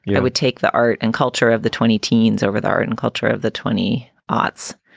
yeah would take the art and culture of the twenty teens over the art and culture of the twenty arts.